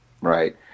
Right